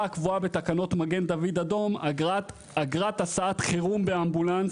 הקבועה בתקנות מגן דוד אדום אגרת הסעת חירום ואמבולנס